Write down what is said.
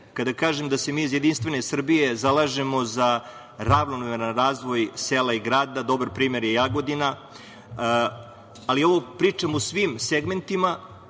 kada kažem da se mi iz JS zalažemo za ravnomeran razvoj sela i grada. Dobar primer je Jagodina, ali ovo pričam u svim segmentima